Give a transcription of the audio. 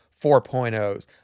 4.0s